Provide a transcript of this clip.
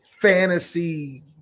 fantasy